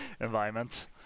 environment